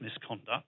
misconduct